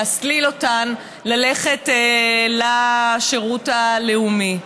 להסליל אותן ללכת לשירות הלאומי.